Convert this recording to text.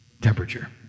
temperature